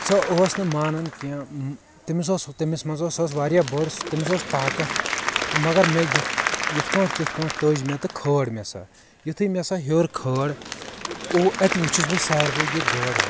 سۄ ٲس نہٕ مانان کینٛہہ تٔمِس اوس تٔمِس منٛز اوس سۄ ٲس واریاہ بٔڑ تٔمِس اوس طاقت تہٕ مگر مےٚ یتھ یتھ کٲٹھۍ تتھ کٲٹھۍ تٔج مےٚ تہٕ کھٲج مےٚ سۄ یتھٕے مےٚ سۄ ہیٚور کھٲج او اتہِ وٕچھس بہٕ ساروٕے یہِ گٲڈ ہتھ